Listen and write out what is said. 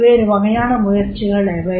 பல்வேரு வகையான முயற்சிகள் எவை